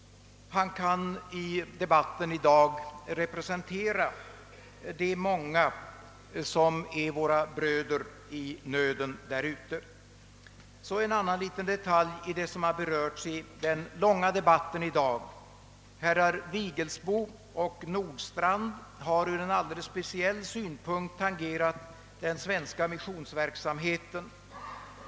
Han skulle i dagens debatt kunna representera de många som är våra bröder i nöden där ute. Så till en liten detalj som har berörts i den tidigare debatten i dag! Herrar Vigelsbo och Nordstrandh har ur en alldeles speciell synvinkel diskuterat den svenska <missionsverksamheten.